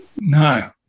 No